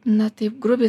na taip grubiai